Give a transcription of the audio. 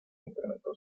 incrementó